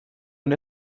und